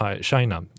China